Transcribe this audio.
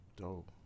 dope